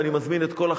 ואני מזמין את כל,